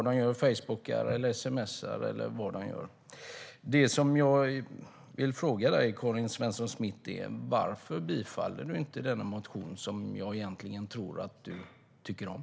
De facebookar, sms:ar eller vad de nu gör.